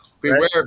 beware